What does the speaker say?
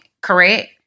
Correct